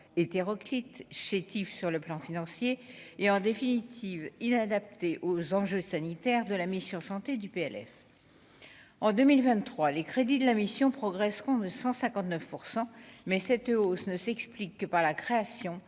hétéroclite chétif, sur le plan financier, et en définitive il aux enjeux sanitaires de la mission santé du PLF. En 2023, les crédits de la mission progresseront de 100 59 %, mais cette hausse ne s'explique que par la création